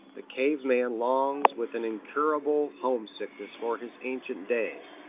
the cave-man longs with an incurable homesickness for his ancient day.